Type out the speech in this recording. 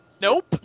Nope